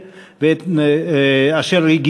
מיכל רוזין,